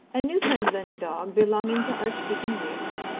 a newfoundland dog belonging to archdeacon wix,